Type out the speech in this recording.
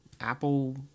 apple